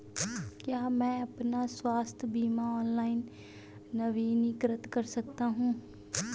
क्या मैं अपना स्वास्थ्य बीमा ऑनलाइन नवीनीकृत कर सकता हूँ?